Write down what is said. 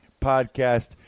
Podcast